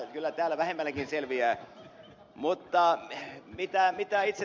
kyllä täällä vähemmälläkin selviää multaa tee mitään mitä itse